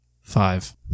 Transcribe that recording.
Five